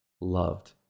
loved